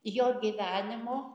jo gyvenimo